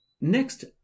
Next